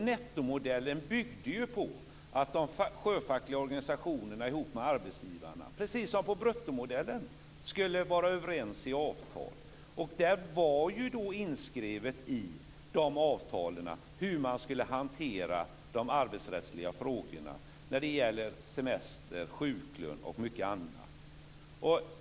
Nettomodellen byggde på att de sjöfackliga organisationerna ihop med arbetsgivarna, precis som med bruttomodellen, skulle vara överens i avtal. Där var inskrivet i avtalen hur man skulle hantera arbetsrättsliga frågor som semester, sjuklön och mycket annat.